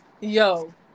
Yo